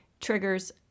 triggers